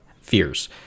fears